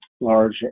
large